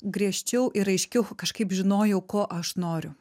griežčiau ir aiškiau kažkaip žinojau ko aš noriu